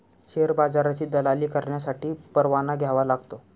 share बाजाराची दलाली करण्यासाठी परवाना घ्यावा लागतो